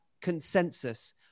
consensus